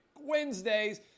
Wednesdays